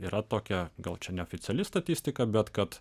yra tokia gal čia neoficiali statistika bet kad